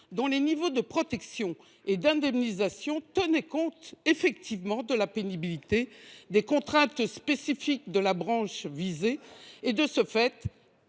dont les niveaux de protection et d’indemnisation tenaient compte de la pénibilité, des contraintes spécifiques de la branche visée, et étaient